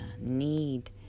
need